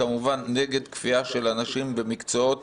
אני נגד כפייה על אנשים לעבוד בשבת במקצועות